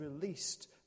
released